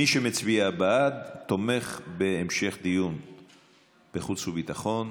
מי שמצביע בעד, תומך בהמשך דיון בחוץ וביטחון,